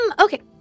Okay